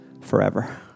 forever